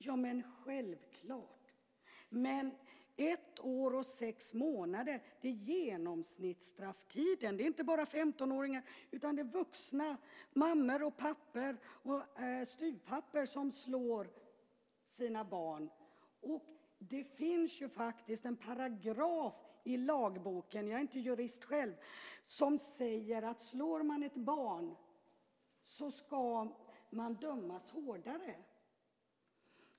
Det är självklart, men ett år och sex månader är genomsnittsstrafftiden. Det handlar inte bara 15-åringar, utan det handlar om vuxna mammor, pappor och styvpappor som slår sina barn. Det finns faktiskt en paragraf i lagboken - jag är inte jurist själv - som säger att om man slår ett barn ska man dömas hårdare.